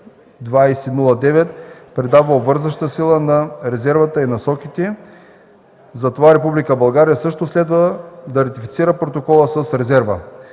придава обвързваща сила на резервата и насоките. Затова Република България също следва да ратифицира протокола с резерва.